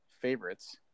favorites